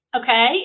Okay